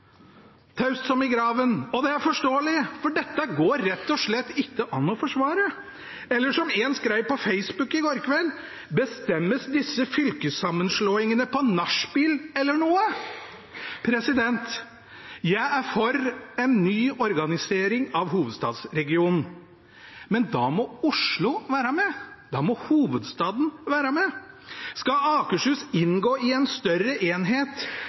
taust som i graven. Det er forståelig, for dette går rett og slett ikke an å forsvare. Eller som én skrev på Facebook i går kveld: Bestemmes disse fylkessammenslåingene på nachspiel eller noe? Jeg er for en ny organisering av hovedstadsregionen. Men da må Oslo være med. Da må hovedstaden være med. Skal Akershus inngå i en større enhet,